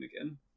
again